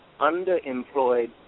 underemployed